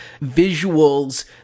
visuals